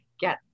get